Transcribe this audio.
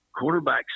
quarterbacks